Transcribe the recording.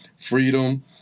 freedom